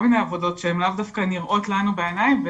מיני עבודות שהן לאו דווקא נראות לנו בעיניים.